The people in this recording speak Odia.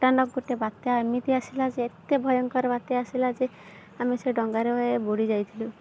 ଅଚାନକ ଗୋଟେ ବାତ୍ୟା ଏମିତି ଆସିଲା ଯେ ଏତେ ଭୟଙ୍କର ବାତ୍ୟା ଆସିଲା ଯେ ଆମେ ସେ ଡଙ୍ଗାରେ ବୁଡ଼ିଯାଇଥିଲୁ